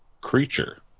creature